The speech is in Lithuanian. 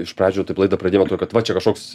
iš pradžių taip laidą pradėjau tuo kad va čia kažkoks